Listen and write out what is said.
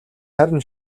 харин